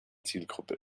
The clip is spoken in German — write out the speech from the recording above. zielgruppe